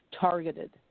targeted